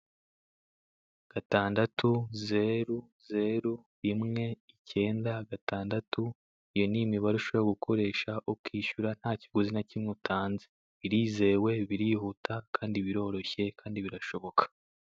Gatandatu zeru, zeru rimwe, ikinda gatangatu, iyo ni imibare ushobora gukoresha ukishyura nta kiguzi na kimwe utanze, birizewe, birihuta kandi biriroshye kandi birashoboka.